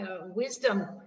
wisdom